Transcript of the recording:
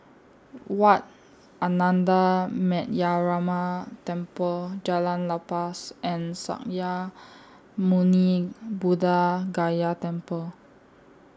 Wat Ananda Metyarama Temple Jalan Lepas and Sakya Muni Buddha Gaya Temple